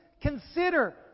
consider